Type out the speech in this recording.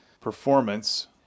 performance